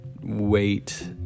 Wait